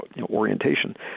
orientation